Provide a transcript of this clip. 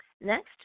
Next